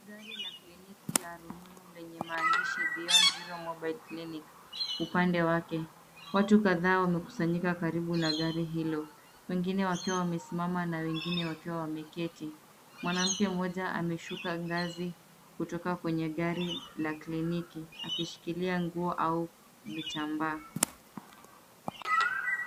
Gari la kliniki ya rununu lenye maandishi Beyond Zero Mobile Clinic upande wake. Watu kadhaa wamekusanyika karibu na gari hilo, wengine wakiwa wamesimama na wengine wakiwa wameketi. Mwanamke mmoja ameshuka ngazi kutoka kwenye gari la kliniki akishikilia nguo au vitambaa.